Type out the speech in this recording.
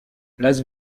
las